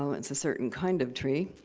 so it's a certain kind of tree.